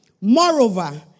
moreover